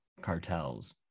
cartels